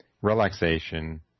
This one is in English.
relaxation